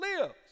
lives